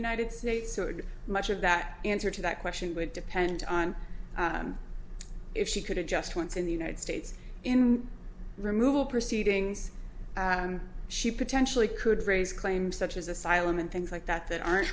united states so much of that answer to that question would depend on if she could have just once in the united states in removal proceedings she potentially could raise claims such as asylum and things like that that aren't